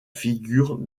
figure